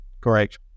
correct